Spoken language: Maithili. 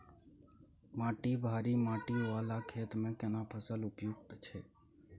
माटी भारी माटी वाला खेत में केना फसल उपयुक्त छैय?